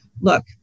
look